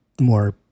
more